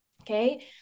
okay